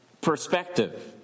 perspective